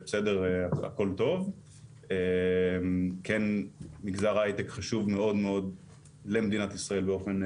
כן מגזר ההייטק חשוב מאוד למדינת ישראל באופן ספציפי.